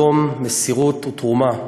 שלום, מסירות ותרומה,